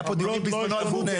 היה פה דיונים בזמנו על גוגל.